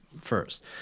first